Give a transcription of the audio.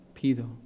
pido